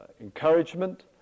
encouragement